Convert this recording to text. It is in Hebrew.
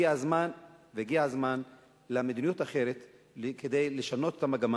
הגיע הזמן למדיניות אחרת כדי לשנות את המגמה.